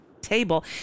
table